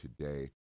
today